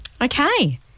Okay